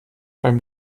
beim